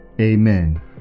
amen